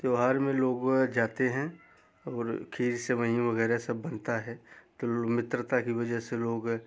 त्यौहार में लोग व जाते हैं और खीर सेवई वग़ैरह सब बनता है तो लो मित्रता की वजह से लोग